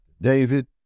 David